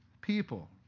people